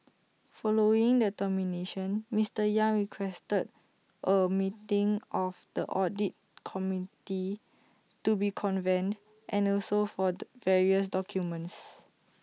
following the termination Mister yang requested A meeting of the audit committee to be convened and also for the various documents